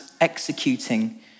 executing